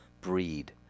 breed